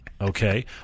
okay